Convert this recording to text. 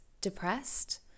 depressed